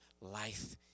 life